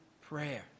prayer